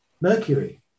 Mercury